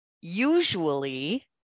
usually